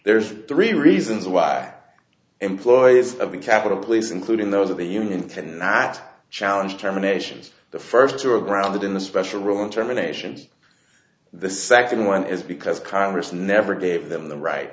there's three reasons why employees of the capitol police including those of the union cannot challenge terminations the first two are grounded in a special room terminations the second one is because congress never gave them the right